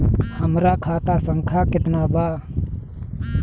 हमार खाता संख्या केतना बा?